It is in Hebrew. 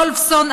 וולפסון,